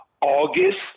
august